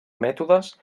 mètodes